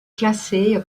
classée